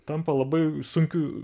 tampa labai sunkiu